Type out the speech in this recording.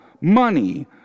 money